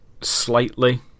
slightly